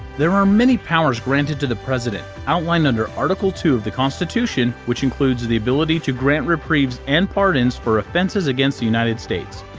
there are many powers granted to the president, outlined under article two of the constitution, which includes the ability to grant reprieves and pardons for offenses against the united states.